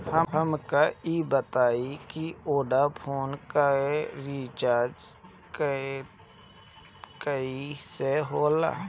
हमका ई बताई कि वोडाफोन के रिचार्ज कईसे होला?